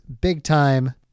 big-time